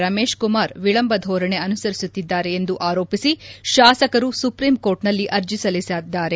ರಮೇಶ್ ಕುಮಾರ್ ವಿಳಂಬ ಧೋರಣೆ ಅನುಸರಿಸುತ್ತಿದ್ದಾರೆ ಎಂದು ಆರೋಪಿಸಿ ಶಾಸಕರು ಸುಪ್ರೀಂ ಕೋರ್ಟ್ನಲ್ಲಿ ಅರ್ಜಿ ಸಲ್ಲಿಸಿದ್ದಾರೆ